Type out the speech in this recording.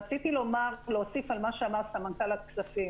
רציתי להוסיף על מה שאמר סמנכ"ל הכספים.